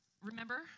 remember